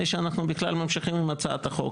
שאנחנו בכלל ממשיכים עם הצעת החוק.